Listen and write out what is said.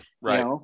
Right